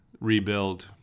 rebuild